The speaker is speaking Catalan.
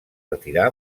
retirar